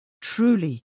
Truly